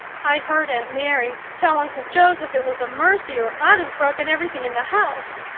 i heard aunt mary tell uncle joseph it was a mercy or i'd have broken everything in the house.